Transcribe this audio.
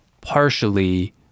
partially